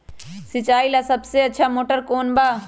सिंचाई ला सबसे अच्छा मोटर कौन बा?